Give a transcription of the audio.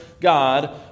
God